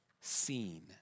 seen